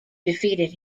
defeated